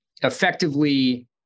effectively